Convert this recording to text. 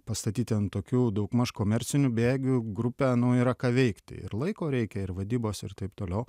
pastatyti ant tokių daugmaž komercinių bėgių grupę nu yra ką veikti ir laiko reikia ir vadybos ir taip toliau